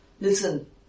Listen